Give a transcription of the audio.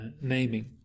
naming